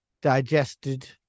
digested